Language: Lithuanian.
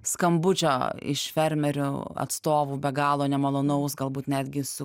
skambučio iš fermerių atstovų be galo nemalonaus galbūt netgi su